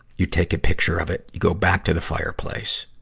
you take a picture of it. you go back to the fireplace.